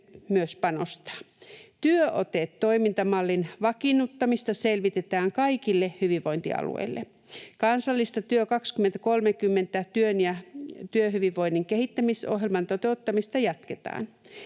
myös panostaa. ”TYÖOTE-toimintamallin vakiinnuttamista selvitetään kaikille hyvinvointialueille. Kansallista TYÖ 2030 — Työn ja työhyvinvoinnin kehittämisohjelman toteuttamista jatketaan.